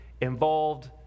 involved